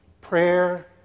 prayer